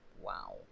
Wow